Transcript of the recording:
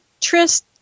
Trist